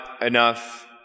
enough